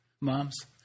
moms